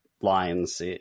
lines